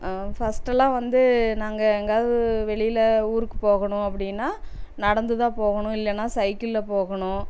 ஃபஸ்ட்டெல்லாம் வந்து நாங்கள் எங்காவது வெளியில ஊருக்கு போகணும் அப்படினா நடந்துதான் போகணும் இல்லைனா சைக்கிள்ல போகணும்